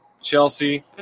Chelsea